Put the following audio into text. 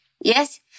Yes